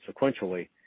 sequentially